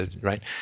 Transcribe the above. right